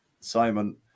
Simon